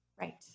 Right